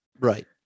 right